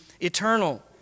eternal